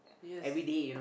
everyday you know